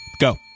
go